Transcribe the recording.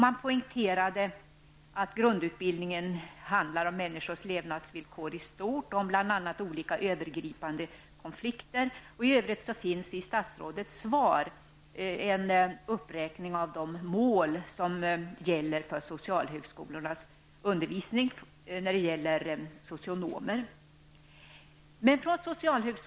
Man poängterade att grundutbildningen handlar om människors levnadsvillkor i stort och bl.a. om olika övergripande konflikter. I övrigt finns i statsrådets svar en uppräkning av de mål som gäller för socialhögskolornas socionomutbildning.